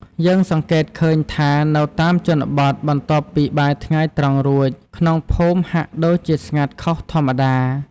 យើងសង្កេតឃើញថា នៅតាមជនបទ បន្ទាប់ពីបាយថ្ងៃត្រង់រួច ក្នុងភូមិហាក់ដូចជាស្ងាត់ខុសធម្មតា។